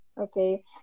Okay